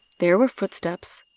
there were footsteps.